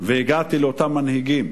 והגעתי לאותם מנהיגים.